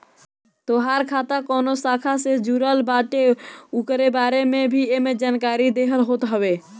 तोहार खाता कवनी शाखा से जुड़ल बाटे उकरे बारे में भी एमे जानकारी देहल होत हवे